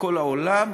בכל העולם,